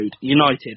United